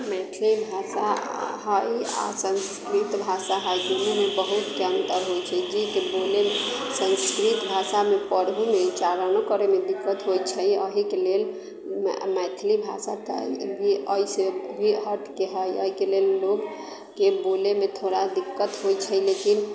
मैथिली भाषा हय आ सन्स्कृत भाषा हय दुनूमे बहुतके अन्तर होइत छै जेकि बोलैमे सन्स्कृत भाषामे पढ़बोमे उच्चारणो करैमे दिक्कत होइत छै एहिके लेल मै मैथिली भाषा तऽ एहिसे भी हटके हय एहिके लेल लोगकेँ बोलैमे थोड़ा दिक्कत होइत छै लेकिन